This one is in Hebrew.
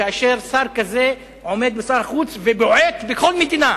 כאשר שר כזה עומד מול שר החוץ ובועט בכל מדינה.